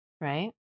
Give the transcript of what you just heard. Right